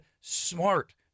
smart